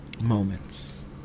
Moments